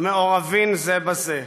מעורבים זה בזה.